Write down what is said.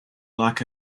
like